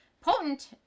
potent